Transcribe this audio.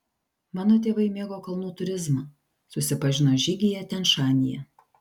mano tėvai mėgo kalnų turizmą susipažino žygyje tian šanyje